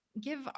give